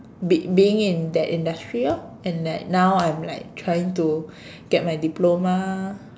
be being in that industry lor and like now I'm like trying to get my diploma